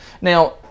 Now